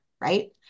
right